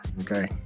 okay